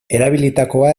erabilitakoa